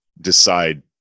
decide